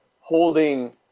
holding –